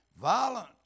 violent